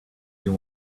you